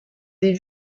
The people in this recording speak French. des